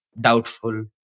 doubtful